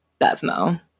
BevMo